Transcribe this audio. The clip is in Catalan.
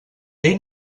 ell